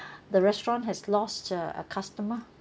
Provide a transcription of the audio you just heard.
the restaurant has lost uh a customer